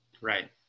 Right